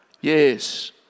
Yes